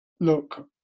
look